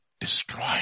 destroy